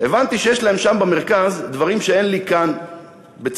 הבנתי שיש להם שם במרכז דברים שאין לי כאן בצפת.